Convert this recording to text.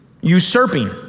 Usurping